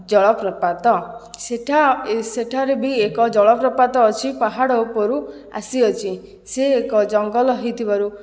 ଜଳପ୍ରପାତ ସେଠା ସେଠାରେ ବି ଏକ ଜଳପ୍ରପାତ ଅଛି ପାହାଡ଼ ଉପରୁ ଆସିଅଛି ସେ ଏକ ଜଙ୍ଗଲ ହୋଇଥିବାରୁ